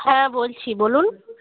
হ্যাঁ বলছি বলুন